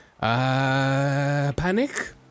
Panic